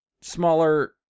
smaller